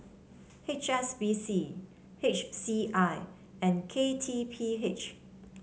H S B C H C I and K T P H